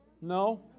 No